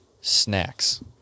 snacks